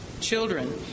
children